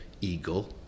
Eagle